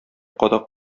кадак